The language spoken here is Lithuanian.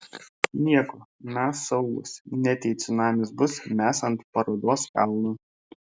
nieko mes saugūs net jei cunamis bus mes ant parodos kalno